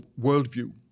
worldview